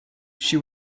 she